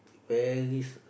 very